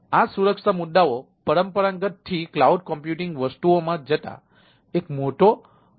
તેથી વિશ્વાસ ક્ષમતાનું જોખમ બની જાય છે